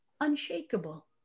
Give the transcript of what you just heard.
unshakable